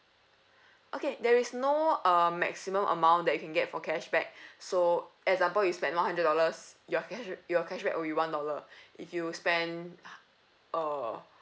okay there is no uh maximum amount that you can get for cashback so example you spend one hundred dollars your cashb~ your cashback will be one dollar if you spend uh